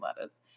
lettuce